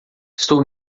estou